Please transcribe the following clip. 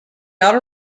outer